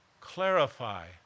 Clarify